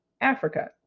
Africa